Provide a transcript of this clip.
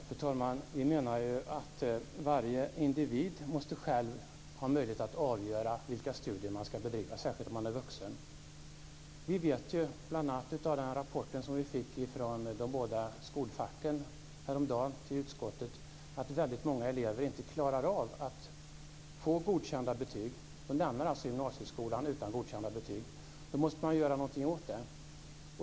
Fru talman! Vi menar att varje individ själv måste ha möjlighet att avgöra vilka studier man skall bedriva, särskilt om man är vuxen. Vi vet, bl.a. av den rapport som vi i utskottet fick häromdagen från de båda skolfacken, att väldigt många elever inte klarar av att få godkända betyg, att de alltså lämnar gymnasieskolan utan godkända betyg. Då måste man göra någonting åt det.